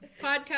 Podcast